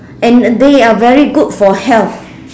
and there are very good for health